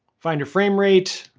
finder frame rate.